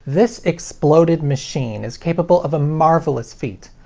this exploded machine is capable of a marvelous feat.